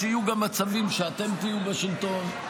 שיהיו גם מצבים שאתם תהיו בשלטון.